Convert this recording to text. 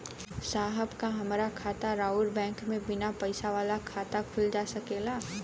साहब का हमार खाता राऊर बैंक में बीना पैसा वाला खुल जा सकेला?